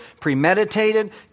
premeditated